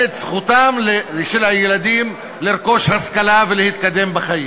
לקידום זכותם של הילדים לרכוש השכלה ולהתקדם בחיים.